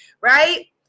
right